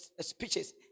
speeches